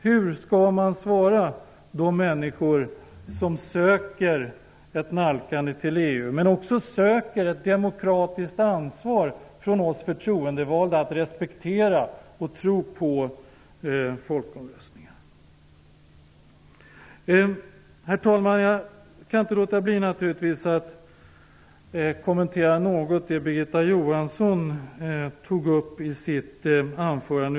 Hur skall man svara de människor som söker ett nalkande till EU men också ett demokratiskt ansvar från oss förtroendevalda när det gäller att respektera och tro på folkomröstningar? Herr talman! Jag kan naturligtvis inte låta bli att något kommentera det Birgitta Johansson tog upp i sitt anförande.